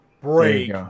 Break